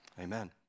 amen